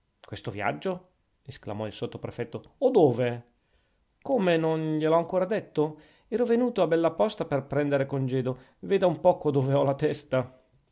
questo viaggio esclamò il sottoprefetto o dove come non gliel ho ancor detto ero venuto a bella posta per prendere congedo veda un poco dove ho la testa